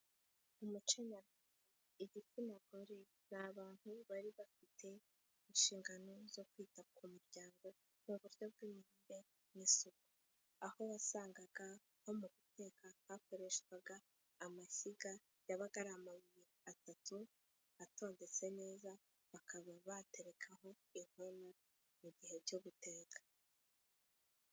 Mu muco nyarwanda igitsina gore ni abantu bari bafite inshingano zo kwita ku miryango, mu buryo bw'imirire n'isuku. Aho wasangaga nko mu guteka hakoreshwaga amashyiga yabaga ari amabuye atatu atondetse neza, bakaba baterekaho inkono mu gihe cyo guteka.